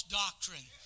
doctrine